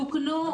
תוקנו.